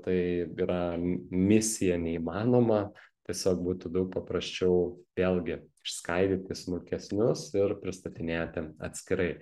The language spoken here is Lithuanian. tai yra misija neįmanoma tiesiog būtų daug paprasčiau vėlgi išskaidyti smulkesnius ir pristatinėti atskirai